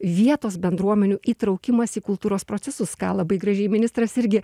vietos bendruomenių įtraukimas į kultūros procesus ką labai gražiai ministras irgi